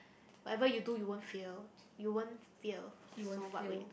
whatever you do you won't fail you won't fear so what would you do